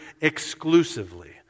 exclusively